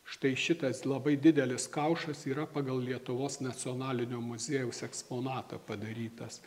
štai šitas labai didelis kaušas yra pagal lietuvos nacionalinio muziejaus eksponatą padarytas